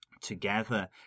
together